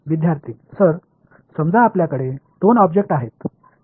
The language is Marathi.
विद्यार्थी सर समजा आपल्याकडे दोन ऑब्जेक्ट्स आहेत वेळ पहा 0601